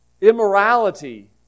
immorality